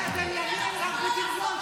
זה שאתם ימין רק בדיבורים,